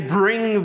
bring